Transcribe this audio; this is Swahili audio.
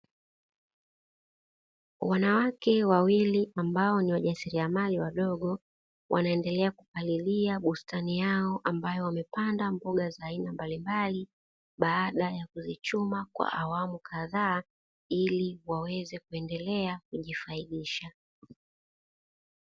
Wanawake wawili ambao ni wajasiriamali wadogo, wanaendelea kupalilia bustani yao, ambayo wamepanda mboga za aina mbalimbali baada ya kuzichuma kwa awamu kadhaa, ili waweze kuendelea kujifaidisha.